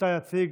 שאותה יציג